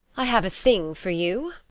i have a thing for you.